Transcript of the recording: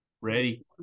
Ready